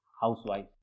housewife